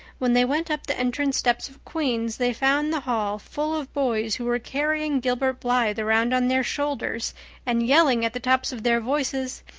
when they went up the entrance steps of queen's they found the hall full of boys who were carrying gilbert blythe around on their shoulders and yelling at the tops of their voices,